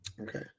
Okay